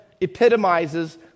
epitomizes